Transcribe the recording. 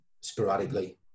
sporadically